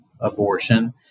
abortion